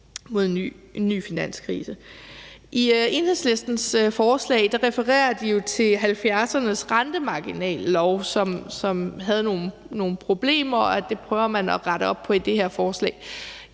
mod en ny finanskrise. I Enhedslistens forslag refererer de jo til 1970'ernes rentemarginallov, som havde nogle problemer, og dem prøver man at rette op på i det her forslag.